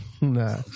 nah